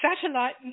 Satellite